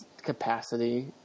Capacity